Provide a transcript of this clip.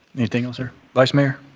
anything else, sir? vice mayor?